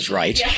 right